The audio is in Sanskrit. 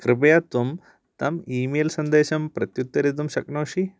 कृपया त्वं तम् ई मेल् सन्देशं प्रत्युत्तरितुं शक्नोषि